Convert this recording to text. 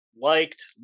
liked